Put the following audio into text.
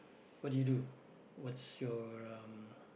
what did you do what's your um